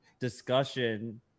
discussion